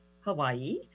Hawaii